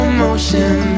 motion